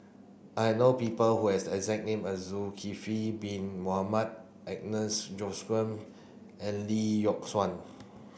I know people who has the exact name as Zulkifli bin Mohamed Agnes Joaquim and Lee Yock Suan